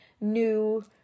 new